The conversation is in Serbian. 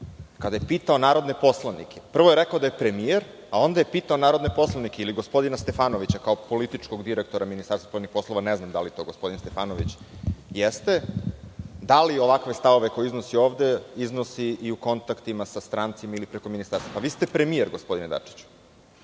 Narodne skupštine gospodin Dačić. Prvo je rekao da je premijer, a onda je pitao narodne poslanike ili gospodina Stefanovića, kao političkog direktora Ministarstva spoljnih poslova, ne znam da li to gospodin Stefanović jeste, da li ovakve stavove koje iznosi ovde iznosi i u kontaktima sa strancima ili preko ministarstva? Vi ste premijer, gospodine Dačiću.